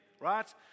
right